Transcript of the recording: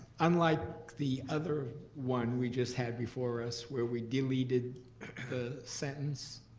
unlike the other one we just had before us where we deleted the sentence,